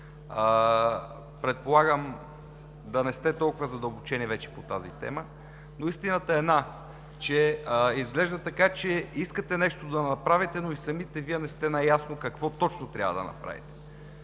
Предлагам да не сте толкова задълбочени вече по тази тема, но истината е една, така изглежда, че искате нещо да направите, но и самите Вие не сте наясно какво точно трябва да направим.